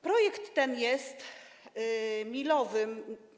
Projekt ten jest milowym.